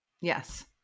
Yes